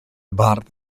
bardd